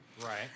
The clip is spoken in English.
Right